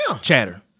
chatter